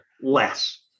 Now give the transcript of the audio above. less